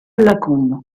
lacombe